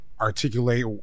articulate